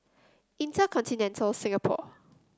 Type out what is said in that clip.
InterContinental Singapore